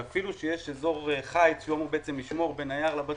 שאפילו שיש אזור חיץ שאמור לשמור בין היער לבתים,